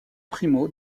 primo